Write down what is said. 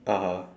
(uh huh)